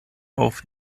auf